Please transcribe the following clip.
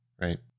right